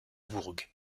bourg